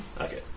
Okay